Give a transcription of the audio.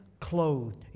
clothed